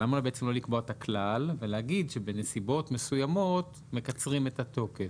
למה לא לקבוע את הכלל ולהגיד שבנסיבות מסוימות מקצרים את התוקף?